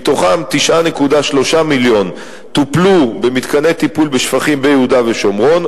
ומתוכם 9.3 מיליון טופלו במתקני טיפול בשפכים ביהודה ושומרון.